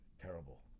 Terrible